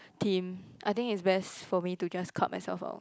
team I think it's best for me to just cut myself out